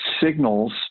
signals